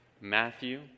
Matthew